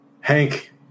Hank